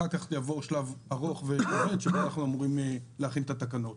אחר כך יבוא שלב ארוך שבו אנחנו אמורים להכין את התקנות.